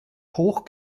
hoch